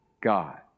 God